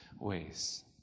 ways